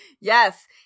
Yes